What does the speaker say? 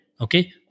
Okay